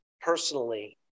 personally